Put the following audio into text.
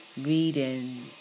reading